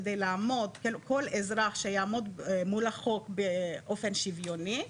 כל אזרח שיעמוד מול החוק באופן שוויוני,